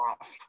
off